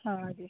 ಹಾಂ ಅಡ್ಡಿಲ್ಲ